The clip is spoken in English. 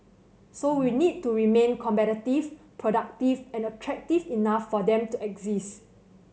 so we need to remain competitive productive and attractive enough for them to exist